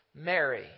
Mary